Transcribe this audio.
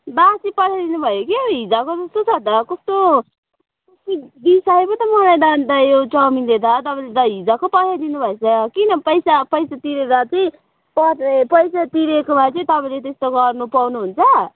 बासी पठाइदिनुभयो क्या हो हिजोको जस्तो छ त कस्तो बिसायो पो त मलाई त अन्त यो चाउमिनले त तपाईँले त हिजोको पठाइदिनु भएछ किन पैसा पैसा तिरेर चाहिँ प पैसा तिरेकोमा चाहिँ तपाईँले त्यस्तो गर्नु पाउनुहुन्छ